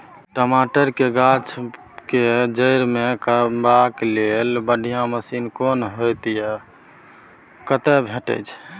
टमाटर के गाछ के जईर में कमबा के लेल बढ़िया मसीन कोन होय है उ कतय भेटय छै?